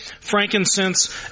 frankincense